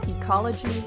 Ecology